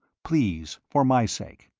please, for my sake.